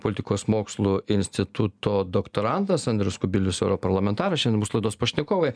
politikos mokslų instituto doktorantas andrius kubilius europarlamentaras šiandien mūsų laidos pašnekovai